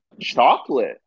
chocolate